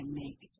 make